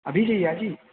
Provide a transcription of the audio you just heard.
अभी चाहिए आज ही